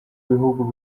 bihugu